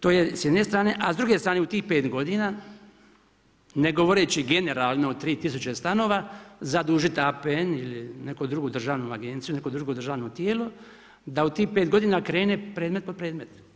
To je s jedne strane, a s druge strane u tih 5 godina ne govoreći generalno o 3 000 stanova zadužiti APN ili neku drugu državnu agenciju, neko drugo državno tijelo, da u tih 5 godina krene predmet po predmet.